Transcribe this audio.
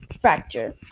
Fracture